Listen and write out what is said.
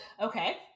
Okay